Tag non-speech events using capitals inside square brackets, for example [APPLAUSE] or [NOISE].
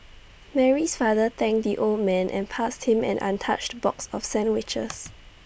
Mary's father thanked the old man and passed him an untouched box of sandwiches [NOISE]